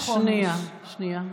שנייה.